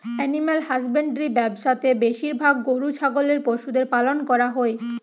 animal husbandry ব্যবসা তে বেশিরভাগ গরু ছাগলের পশুদের পালন করা হই